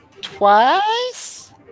twice